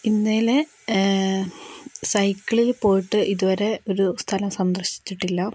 ഇന്ത്യയിൽ സൈക്കിളിൽ പോയിട്ട് ഇതുവരെ ഒരു സ്ഥലം സന്ദർശിച്ചിട്ടില്ല